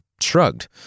shrugged